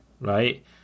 right